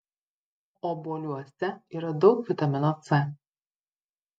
obuoliuose yra daug vitamino c